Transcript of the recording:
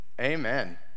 amen